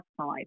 side